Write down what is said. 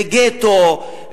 בגטו,